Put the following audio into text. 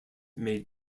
made